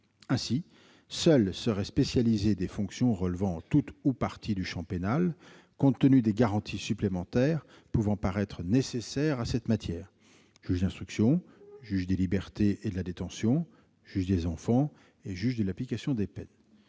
Ainsi, seuls seraient spécialisées des fonctions relevant totalement ou en partie du champ pénal, compte tenu des garanties supplémentaires pouvant paraître nécessaires à cette matière, juge d'instruction, juge des libertés et de la détention, juge des enfants et juge de l'application des peines.